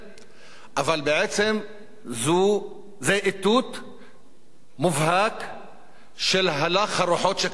אבל בעצם זה איתות מובהק של הלך הרוחות שקיים בתוך הממשלה,